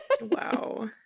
wow